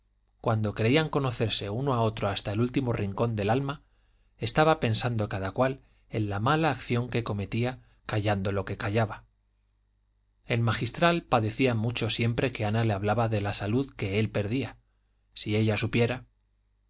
cuando creían conocerse uno a otro hasta el último rincón del alma estaba pensando cada cual en la mala acción que cometía callando lo que callaba el magistral padecía mucho siempre que ana le hablaba de la salud que él perdía si ella supiera